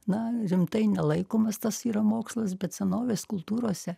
na rimtai nelaikomas tas yra mokslas bet senovės kultūrose